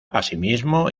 asimismo